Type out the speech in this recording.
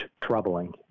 troubling